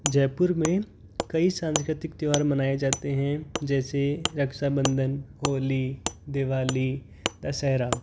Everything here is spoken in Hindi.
जयपुर में कई सांस्कृतिक त्यौहार मनाए जाते हैं जैसे रक्षाबंधन होली दीवाली दशहरा